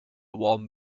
warm